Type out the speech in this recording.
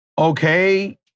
Okay